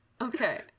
Okay